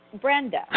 Brenda